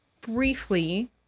briefly